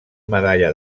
medalla